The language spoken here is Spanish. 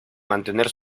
mantener